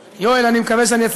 בבקשה, בצלאל